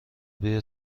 بیا